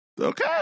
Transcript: Okay